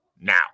now